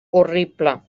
horrible